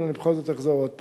אבל בכל זאת אני אחזור עוד פעם: